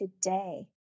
today